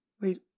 wait